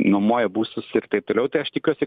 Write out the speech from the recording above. nuomoja būstus ir taip toliau tai aš tikiuosi